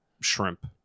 shrimp